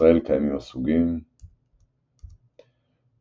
בישראל קיימים הסוגים Afranthidium Anthidiellum